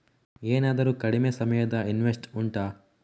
ಏನಾದರೂ ಕಡಿಮೆ ಸಮಯದ ಇನ್ವೆಸ್ಟ್ ಉಂಟಾ